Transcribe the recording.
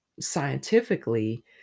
scientifically